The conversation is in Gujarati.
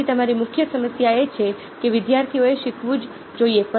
તેથી તમારી મુખ્ય સમસ્યા એ છે કે વિદ્યાર્થીઓએ શીખવું જ જોઈએ